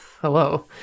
hello